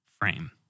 frame